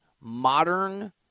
modern